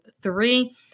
three